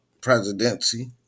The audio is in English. presidency